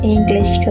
English